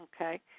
okay